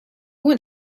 went